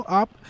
up